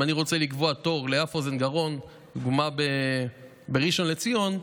אם אני רוצה לקבוע תור לאף אוזן גרון לדוגמה בראשון לציון,